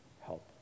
help